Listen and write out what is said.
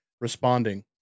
responding